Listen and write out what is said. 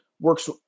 works